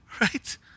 Right